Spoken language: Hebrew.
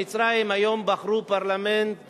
במצרים בחרו היום פרלמנט חדש.